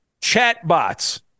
chatbots